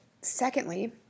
secondly